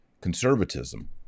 conservatism